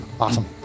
Awesome